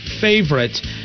favorite